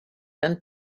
and